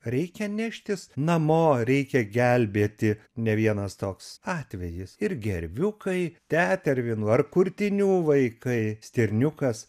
reikia neštis namo reikia gelbėti ne vienas toks atvejis ir gerviukai tetervinų ar kurtinių vaikai stirniukas